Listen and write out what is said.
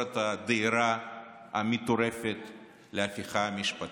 את הדהירה המטורפת להפיכה המשפטית.